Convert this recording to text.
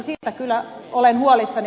siitä kyllä olen huolissani